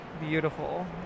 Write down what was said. beautiful